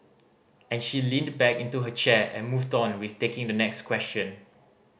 and she leaned back into her chair and moved on with taking the next question